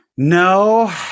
No